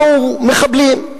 באו מחבלים,